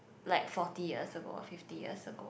like forty years ago fifty years ago